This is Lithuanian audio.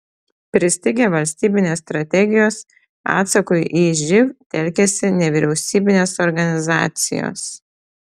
pristigę valstybinės strategijos atsakui į živ telkiasi nevyriausybinės organizacijos